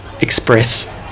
express